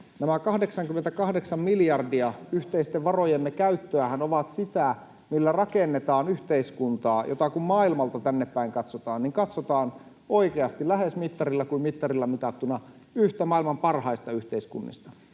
Nämä 88 miljardia yhteisten varojemme käyttöähän ovat sitä, millä rakennetaan sellaista yhteiskuntaa, että kun maailmalta tännepäin katsotaan, niin katsotaan oikeasti lähes mittarilla kuin mittarilla mitattuna yhtä maailman parhaista yhteiskunnista.